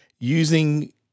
Using